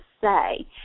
say